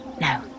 No